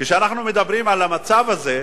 כשאנחנו מדברים על המצב הזה,